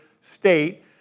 state